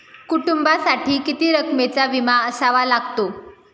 कुटुंबासाठी किती रकमेचा विमा असावा लागतो?